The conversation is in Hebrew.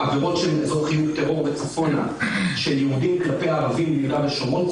שהן עבירות לצורך טרור כלפי ערבים ביהודה ושומרון,